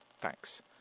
thanks